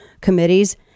committees